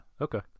Okay